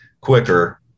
quicker